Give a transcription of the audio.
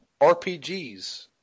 RPGs